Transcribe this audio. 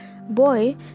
boy